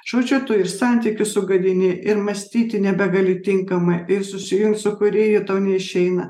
žodžiu tu ir santykius sugadini ir mąstyti nebegali tinkamai ir susijungt su kūrėju tau neišeina